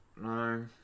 No